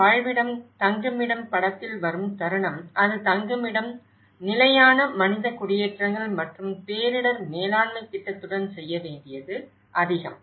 வாழ்விடம் தங்குமிடம் படத்தில் வரும் தருணம் அது தங்குமிடம் நிலையான மனித குடியேற்றங்கள் மற்றும் பேரிடர் மேலாண்மை திட்டத்துடன் செய்ய வேண்டியது அதிகம்